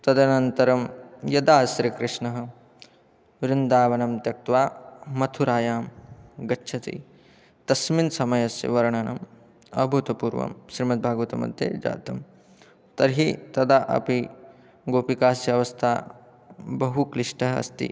तदनन्तरं यदा श्रीकृष्णः बृन्दावनं त्यक्त्वा मथुरां गच्छति तस्मिन् समयस्य वर्णनम् अभूतपूर्वं श्रीमद्भागतमध्ये जातं तर्हि तदा अपि गोपिकाः अवस्था बहुक्लिष्टः अस्ति